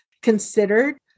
considered